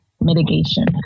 Mitigation